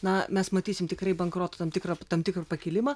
na mes matysim tikrai bankrotų tam tikrą tam tikrą pakilimą